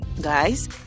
guys